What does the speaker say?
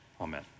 amen